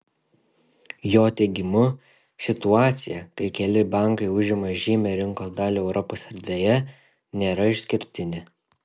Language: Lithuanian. jo teigimu situacija kai keli bankai užima žymią rinkos dalį europos erdvėje nėra išskirtinė